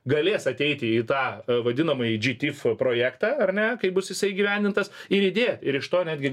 galės ateiti į tą vadinamąjį džitif projektą ar ne kai bus jisai įgyvendintas ir idėja ir iš to netgi